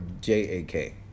J-A-K